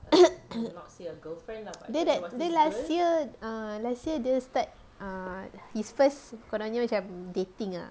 then that then last year err last year the start err his first kononnya macam dating ah